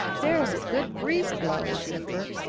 there is a good breeze blowing, said bert.